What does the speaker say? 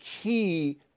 key